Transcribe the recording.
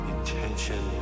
Intention